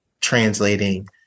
translating